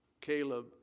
Caleb